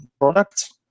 products